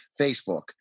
Facebook